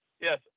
Yes